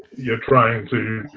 you're trying to.